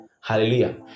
Hallelujah